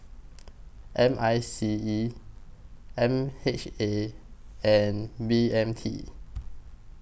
M I C E M H A and B M T